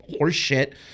horseshit